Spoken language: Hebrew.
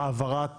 העברת